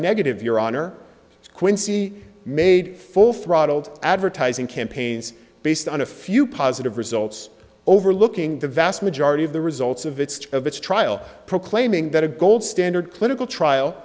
negative your honor quincy made full throttled advertising campaigns based on a few positive results overlooking the vast majority of the results of its of its trial proclaiming that a gold standard clinical trial